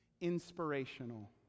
inspirational